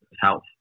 health